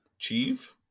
achieve